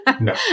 No